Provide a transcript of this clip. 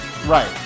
Right